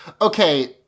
okay